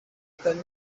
kane